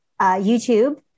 YouTube